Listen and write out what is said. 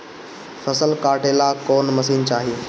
फसल काटेला कौन मशीन चाही?